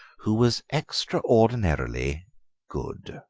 who was extraordinarily good.